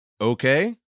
okay